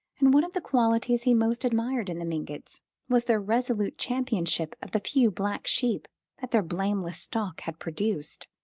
and one of the qualities he most admired in the mingotts was their resolute championship of the few black sheep that their blameless stock had produced.